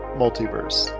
multiverse